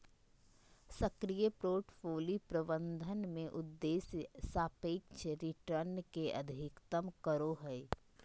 सक्रिय पोर्टफोलि प्रबंधन में उद्देश्य सापेक्ष रिटर्न के अधिकतम करो हइ